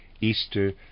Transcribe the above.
Easter